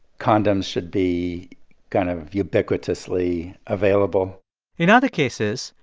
condoms should be kind of ubiquitously available in other cases,